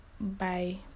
Bye